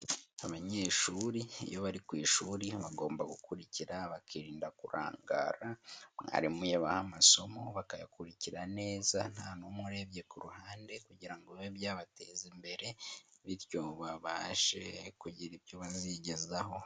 Abanyeshuri iyo bari ku ishuri bagomba gukurikira bakirinda kurangara mwarimu yabaha amasomo bakayakurikira neza nta n'umwe urebye ku ruhande kugira ngo bibe byabateza imbere bityo babashe kugira ibyo bazigezaho.